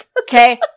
Okay